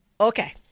Okay